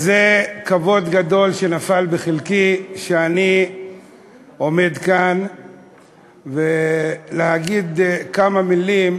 כבוד גדול נפל בחלקי שאני עומד כאן להגיד כמה מילים,